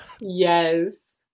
Yes